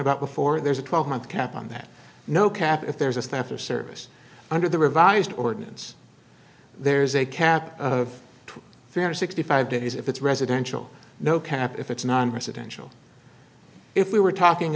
about before there's a twelve month cap on that no cap if there's a staff or service under the revised ordinance there's a cap of very sixty five days if it's residential no cap if it's nonresidential if we were talking